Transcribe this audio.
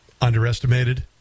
underestimated